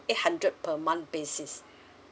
eight hundred per month basis